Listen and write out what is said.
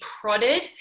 prodded